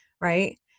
right